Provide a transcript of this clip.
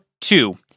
two